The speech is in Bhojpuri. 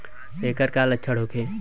ऐकर का लक्षण होखे?